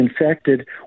infected